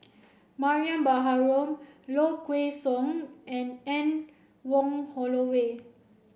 Mariam Baharom Low Kway Song and Anne Wong Holloway